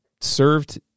served